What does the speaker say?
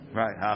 right